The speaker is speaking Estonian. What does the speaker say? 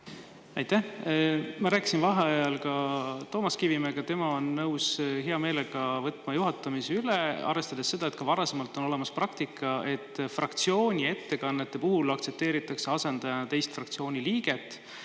Aitäh! Ma rääkisin vaheajal Toomas Kivimäega. Tema on hea meelega nõus võtma juhatamise üle, arvestades seda, et varasemast on olemas praktika, et fraktsiooni ettekannete puhul aktsepteeritakse asendajana teist fraktsiooni liiget.